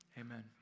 Amen